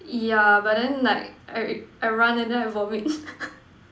yeah but then like I I run and then I vomit